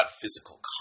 physical